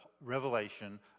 revelation